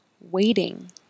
waiting